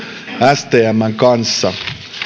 stmn kanssa